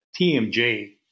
TMJ